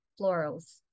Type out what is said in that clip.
florals